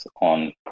on